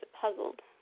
puzzled